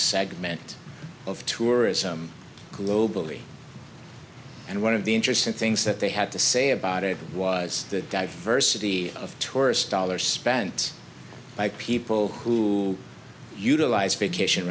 segment of tourism globally and one of the interesting things that they had to say about it was that diversity of tourist dollars spent by people who utilize vacation